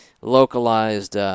localized